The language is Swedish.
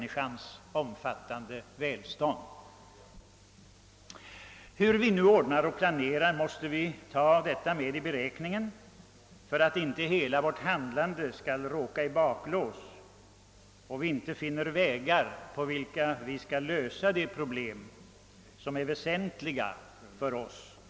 niskan omfattande välstånd. Hur vi än ordnar och planerar mås te vi ta med detta i beräkningen för att inte hela vårt handlande skall råka i baklås och vi inte kan finna vägar, på vilka vi skall kunna lösa de problem som är väsentliga för oss.